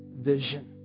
vision